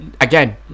again